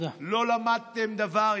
לא למדתם דבר.